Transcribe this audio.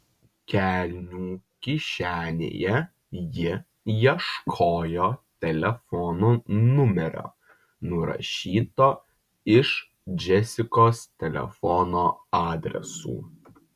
kelnių kišenėje ji ieškojo telefono numerio nurašyto iš džesikos telefono adresų